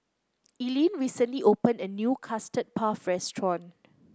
Eileen recently opened a new Custard Puff Restaurant